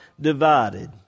divided